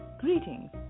Greetings